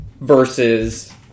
versus